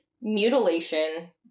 mutilation